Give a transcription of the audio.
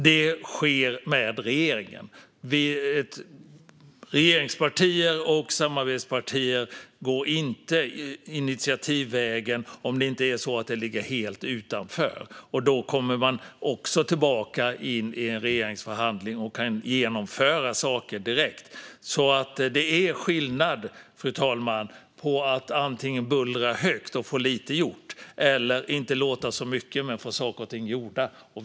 Detta sker med regeringen. Regeringspartier och samarbetspartier går inte initiativvägen om det inte är så att det ligger helt utanför, och även då kommer man tillbaka in i en regeringsförhandling och kan genomföra saker direkt. Det är skillnad, fru talman, på att bullra högt och få lite gjort och att inte låta så mycket men få saker och ting gjorda.